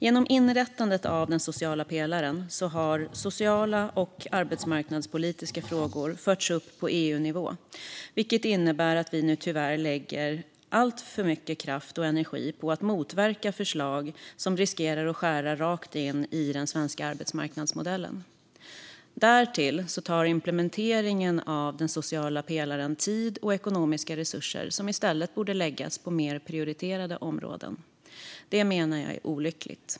Genom inrättandet av den sociala pelaren har sociala och arbetsmarknadspolitiska frågor förts upp på EU-nivå, vilket innebär att vi nu tyvärr lägger alltför mycket kraft och energi på att motverka förslag som riskerar att skära rakt in i den svenska arbetsmarknadsmodellen. Därtill tar implementeringen av den sociala pelaren tid och ekonomiska resurser som i stället borde läggas på mer prioriterade områden. Det menar jag är olyckligt.